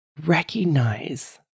Recognize